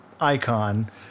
icon